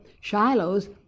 Shiloh's